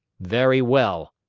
very well,